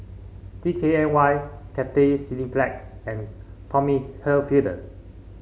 D K N Y Cathay Cineplex and Tommy Hilfiger